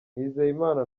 nizeyimana